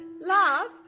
love